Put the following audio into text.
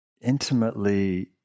intimately